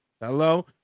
Hello